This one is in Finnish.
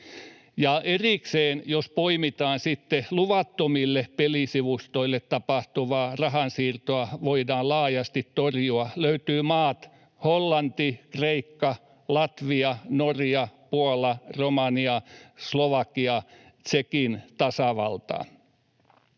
erikseen poimitaan, missä luvattomille pelisivustoille tapahtuvaa rahansiirtoa voidaan laajasti torjua, löytyvät maat Hollanti, Kreikka, Latvia, Norja, Puola, Romania, Slovakia ja Tšekin tasavalta.